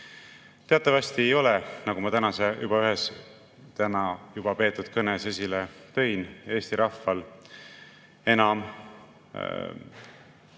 Teatavasti ei ole, nagu ma ühes täna peetud kõnes juba esile tõin, Eesti rahval enam